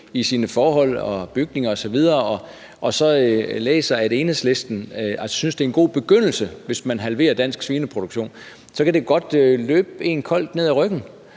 i sine forhold, bygninger osv., men så læser, at Enhedslisten synes, det er en god begyndelse, hvis man halverer den danske svineproduktion. Så kan det godt løbe en koldt ned ad ryggen.